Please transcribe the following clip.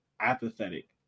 apathetic